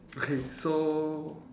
okay so